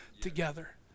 together